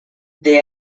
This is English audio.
they